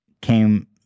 came